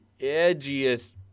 edgiest